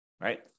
right